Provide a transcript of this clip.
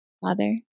Father